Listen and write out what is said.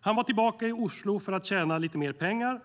Han var tillbaka i Oslo för att tjäna lite mer pengar.